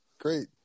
great